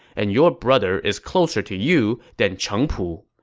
and your brother is closer to you than cheng pu